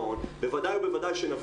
בוודאי ובוודאי שנעשה איזונים חזרה לגרעון.